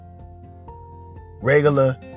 regular